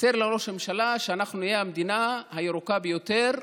בישר ראש הממשלה שאנחנו נהיה המדינה הירוקה ביותר,